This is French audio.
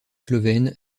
slovène